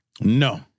No